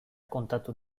kontatu